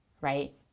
right